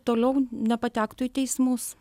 toliau nepatektų į teismus